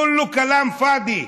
כולו כלאם פאדי.